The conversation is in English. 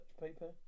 paper